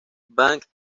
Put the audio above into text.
bank